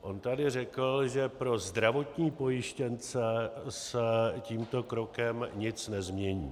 On tady řekl, že pro zdravotní pojištěnce se tímto krokem nic nezmění.